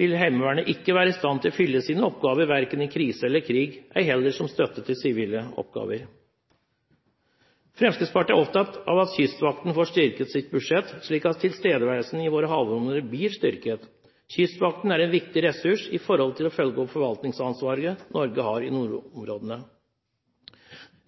vil ikke Heimevernet være i stand til å fylle sine oppgaver verken i krise eller krig, ei heller som støtte til sivile oppgaver. Fremskrittspartiet er opptatt av at Kystvakten får styrket sitt budsjett, slik at tilstedeværelsen i våre havområder blir styrket. Kystvakten er en viktig ressurs i forhold til å følge opp forvaltningsansvaret Norge har i nordområdene.